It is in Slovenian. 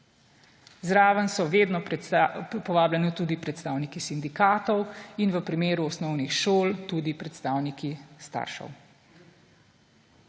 Zraven so vredno povabljeni tudi predstavniki sindikatov in v primeru osnovnih šol tudi predstavniki staršev.